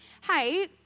hey